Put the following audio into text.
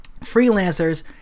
freelancers